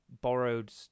borrowed